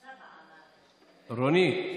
רונית.